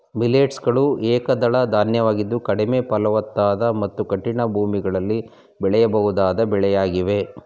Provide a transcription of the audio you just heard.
millets ಗಳು ಏಕದಳ ಧಾನ್ಯವಾಗಿದ್ದು ಕಡಿಮೆ ಫಲವತ್ತಾದ ಮತ್ತು ಕಠಿಣ ಭೂಮಿಗಳಲ್ಲಿ ಬೆಳೆಯಬಹುದಾದ ಬೆಳೆಯಾಗಿವೆ